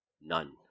none